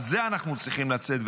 על זה אנחנו צריכים לצאת,